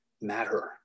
matter